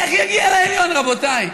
איך יגיע לעליון, רבותיי?